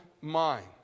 mind